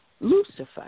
Lucifer